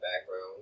background